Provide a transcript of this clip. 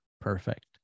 perfect